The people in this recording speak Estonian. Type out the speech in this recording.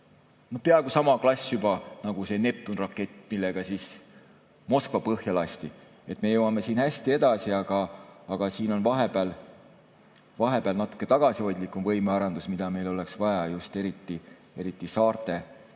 peaaegu sama klass juba nagu see Neptun-rakett, millega Moskva põhja lasti. Me jõuame siin hästi edasi, aga siin on vahepeal natuke tagasihoidlikum võimearendus, mida meil oleks vaja just eriti saarte kaitsmiseks